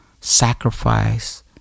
sacrifice